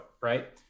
right